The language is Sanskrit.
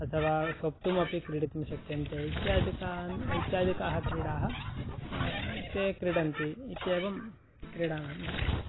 अथवा स्वप्तुमपि क्रीडितुं शक्यन्ते इत्यादिकाः इत्यादिकाः क्रीडाः ते क्रीडन्ति इत्येवं क्रीडानां विषये